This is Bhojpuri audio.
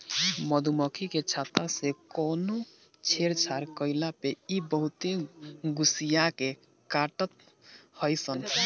मधुमक्खी के छत्ता से कवनो छेड़छाड़ कईला पे इ बहुते गुस्सिया के काटत हई सन